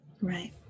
Right